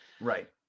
Right